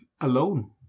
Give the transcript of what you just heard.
alone